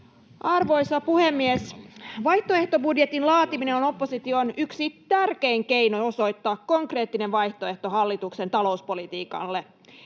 Arvoisa puhemies! Vaihtoehtobudjetin laatiminen on opposition yksi tärkein keino osoittaa konkreettinen vaihtoehto hallituksen talouspolitiikalle.